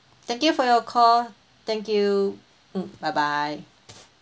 thank you for your call thank you mm bye bye